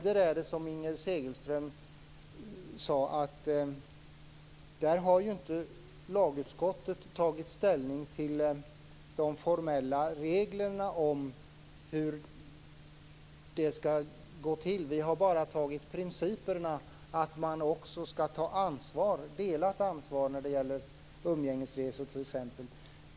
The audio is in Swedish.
Där är det ju, som Inger Segelström sade, så att lagutskottet inte har tagit ställning till de formella reglerna om hur det skall gå till. Vi har bara fattat beslut om principerna att man också skall ta delat ansvar när det gäller t.ex. umgängesresor.